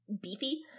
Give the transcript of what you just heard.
beefy